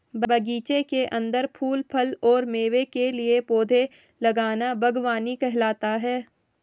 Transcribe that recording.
बगीचे के अंदर फूल, फल और मेवे के लिए पौधे लगाना बगवानी कहलाता है